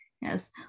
Yes